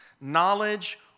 knowledge